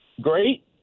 great